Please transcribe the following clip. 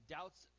Doubts